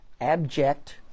abject